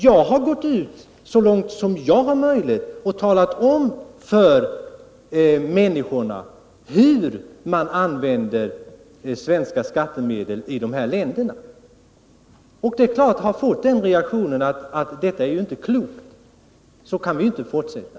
Jag har, så långt jag har haft möjlighet, talat om för människorna hur man använder svenska skattemedel i dessa länder. Jag har fått reaktionen: Detta är inte klokt; så kan det inte fortsätta.